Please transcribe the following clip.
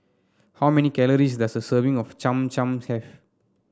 how many calories does a serving of Cham Cham have